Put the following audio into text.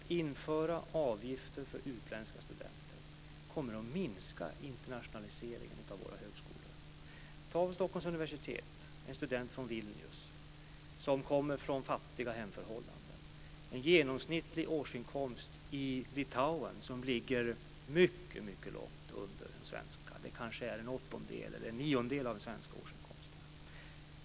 Införandet av avgifter för utländska studenter kommer att minska internationaliseringen av våra högskolor. Ta Stockholms universitet och en student från Vilnius som exempel. Han kommer från fattiga hemförhållanden. En genomsnittlig årsinkomst i Litauen ligger mycket, mycket långt under den svenska. Den kanske är en åttondel eller en niondel av den svenska årsinkomsten.